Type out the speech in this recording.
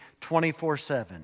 24-7